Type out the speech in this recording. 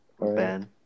Ben